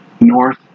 north